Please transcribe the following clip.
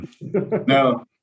No